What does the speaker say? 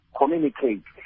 communicate